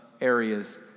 areas